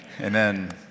Amen